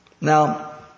Now